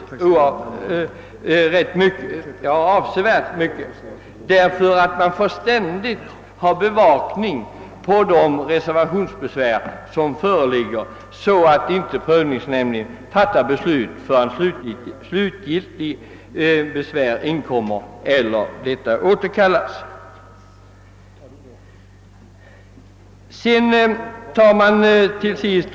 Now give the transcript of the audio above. Prövningsnämnden måste ständigt övervaka de reservationsbesvär som föreligger, så att inte nämnden fattar beslut innan slutgiltigt besvär inkommer eller reservationsbesvären har återkallats.